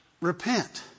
repent